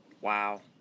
Wow